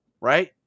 right